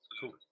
Cool